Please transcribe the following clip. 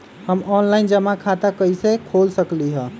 हम ऑनलाइन जमा खाता कईसे खोल सकली ह?